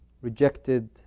rejected